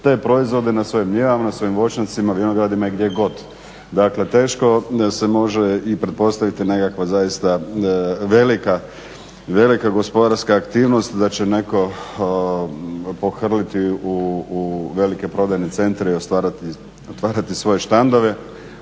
te proizvode na svojim njivama, na svojim voćnjacima, vinogradima i gdje god. Dakle teško se može i pretpostaviti nekakva zaista velika gospodarska aktivnost da će netko pohrliti u velike prodajne centre i otvarati svoje štandove